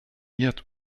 yet